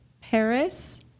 Paris